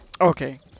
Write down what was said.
Okay